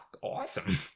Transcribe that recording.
awesome